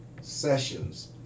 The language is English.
sessions